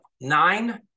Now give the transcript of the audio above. nine